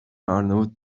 arnavut